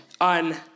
on